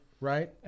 right